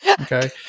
Okay